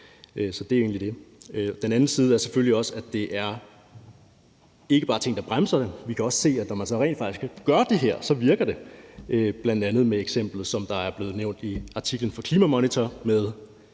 Så det er jo egentlig det. Den anden side af det er selvfølgelig også, at der ikke bare er nogle ting, der bremser det, men at vi også kan se, at det, når man så rent faktisk gør det her, så virker, bl.a. med eksemplet, som er blevet nævnt i artiklen fra Klimamonitor, med